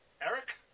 Eric